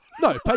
no